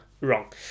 Wrong